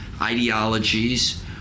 ideologies